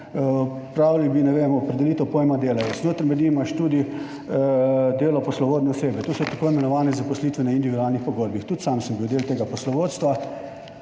Odpravili bi, ne vem, opredelitev pojma delavec, notri med njima je študij delo poslovodne osebe, to so t. i. zaposlitve na individualnih pogodbah. Tudi sam sem bil del tega poslovodstva,